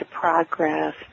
progress